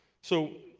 so